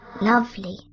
Lovely